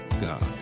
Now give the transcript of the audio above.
God